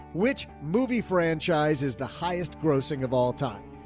which movie franchise is the highest grossing of all time?